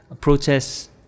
Protests